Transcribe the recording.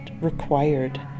required